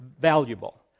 valuable